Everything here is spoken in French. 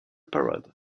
parade